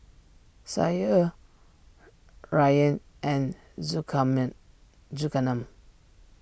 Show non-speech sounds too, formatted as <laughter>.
Syah Ryan and <unintelligible> Zulkarnain